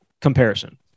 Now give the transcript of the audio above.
comparison